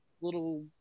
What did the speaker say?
little